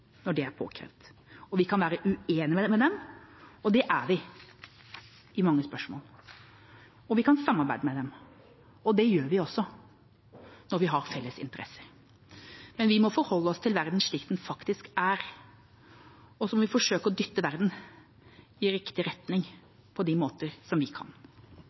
når det er påkrevd. Vi kan være uenige med dem, og det er vi i mange spørsmål. Vi kan samarbeide med dem, og det gjør vi også når vi har felles interesser. Men vi må forholde oss til verden slik den faktisk er, og så må vi forsøke å dytte verden i riktig retning på de måter vi kan.